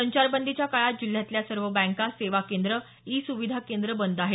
संचारबंदीच्या काळात जिल्ह्यातल्या सर्व बँका सेवा केंद्र ई सुविधा केंद्र बंद आहेत